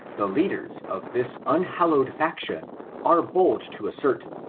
the lead ers of this unhallowed faction are bold to assert,